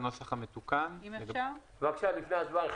הנוסח המתוקן של פסקאות משנה (ג) ו-(ד) נביא בישיבה הבאה.